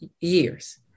years